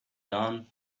down